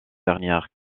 dernières